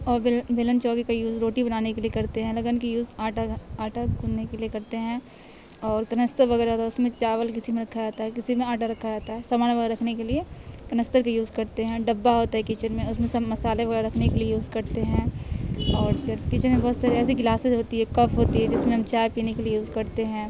اور بیل بیلن چوکے کا یوز روٹی بنانے کے لیے کرتے ہیں لگن کے یوز آٹا آٹا گوندھنے کے لیے کرتے ہیں اور کنشتہ وغیرہ ہوتا ہے اس میں چاول کسی میں رکھا جاتا ہے کسی میں آٹا رکھا جاتا ہے سامان وغیرہ رکھنے کے لیے کنشتہ کا یوز کرتے ہیں ڈبہ ہوتا ہے کچن میں اس میں سب مصالحے وغیرہ رکھنے کے لیے یوز کرتے ہیں اور اس کے بعد کچن میں بہت سارے ایسی گلاسز ہوتی ہے کف ہوتی ہے جس میں ہم چائے پینے کے لیے یوز کرتے ہیں